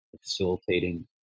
facilitating